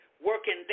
working